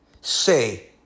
say